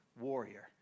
warrior